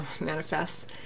manifests